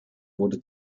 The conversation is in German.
wurde